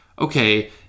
okay